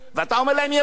ואתה אומר להם: יהיה בסדר.